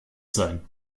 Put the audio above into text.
sein